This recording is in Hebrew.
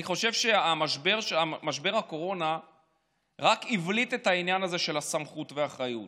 אני חושב שמשבר הקורונה רק הבליט את העניין הזה של הסמכות והאחריות.